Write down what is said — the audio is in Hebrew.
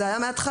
זה היה מהתחלה.